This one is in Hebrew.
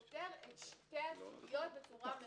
פותר את שתי הסוגיות בצורה מאוד ברורה,